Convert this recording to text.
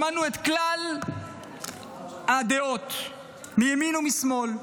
שמענו את כלל הדעות מימין ומשמאל,